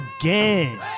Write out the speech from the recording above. again